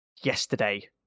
yesterday